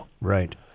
right